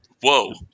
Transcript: Whoa